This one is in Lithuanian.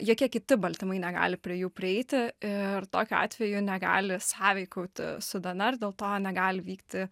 jokie kiti baltymai negali prie jų prieiti ir tokiu atveju negali sąveikauti su dnr dėl to negali vykti